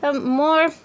More